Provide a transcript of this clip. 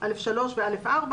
ולפעמים 61(א)(3) ו-61(א)(4),